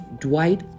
Dwight